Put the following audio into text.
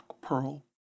pearl